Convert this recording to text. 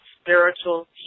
spiritual